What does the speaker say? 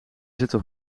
zitten